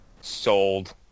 Sold